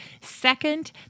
Second